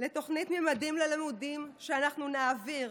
לתוכנית ממדים ללימודים, שאנחנו נעביר,